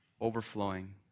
overflowing